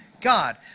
God